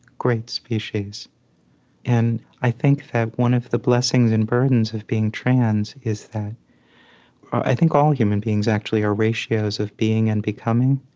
great species and i think that one of the blessings and burdens of being trans is that i think all human beings actually are ratios of being and becoming,